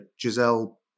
Giselle